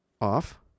Off